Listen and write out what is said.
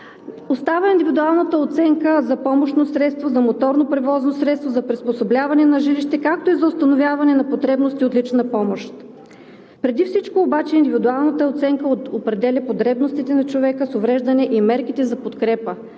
Остава индивидуалната оценка за помощно средство, за моторно превозно средство, за приспособяване на жилище, както и за установяване на потребности от лична помощ. Преди всичко обаче индивидуалната оценка определя потребностите на човека с увреждане и мерките за подкрепа